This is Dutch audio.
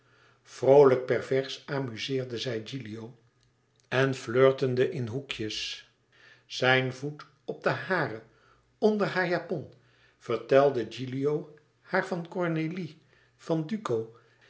pervers amuzeerde zij gilio en flirtende in hoekjes zijn voet op den hare onder haar japon vertelde gilio haar van cornélie van duco